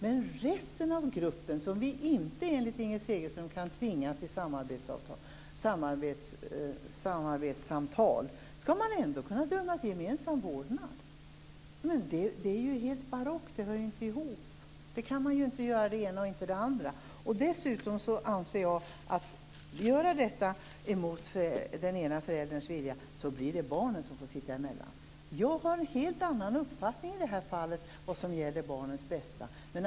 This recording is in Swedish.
Men resten av gruppen, som vi enligt Inger Segelström inte kan tvinga till samarbetssamtal, skall man ändå kunna döma till gemensam vårdnad. Det är helt barockt. Det går inte ihop. Man kan inte göra det ena och inte det andra. Dessutom anser jag att om man gör detta mot den ena förälderns vilja är det barnen som får sitta emellan. Jag har en helt annan uppfattning när det gäller barnens bästa.